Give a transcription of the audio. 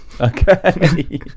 okay